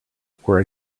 were